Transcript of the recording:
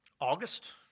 August